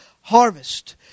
harvest